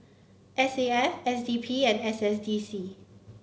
S A F S D P and S S D C